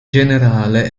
generale